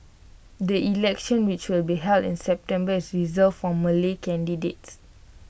the election which will be held in September is reserved for Malay candidates